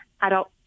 adult